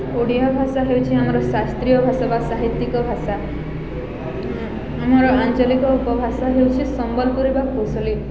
ଓଡ଼ିଆ ଭାଷା ହେଉଛି ଆମର ଶାସ୍ତ୍ରୀୟ ଭାଷା ବା ସାହିତ୍ୟିକ ଭାଷା ଆମର ଆଞ୍ଚଳିକ ଉପଭାଷା ହେଉଛି ସମ୍ବଲପୁରୀ ବା କୁଶଳୀ